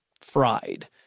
fried